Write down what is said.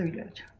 yeah edge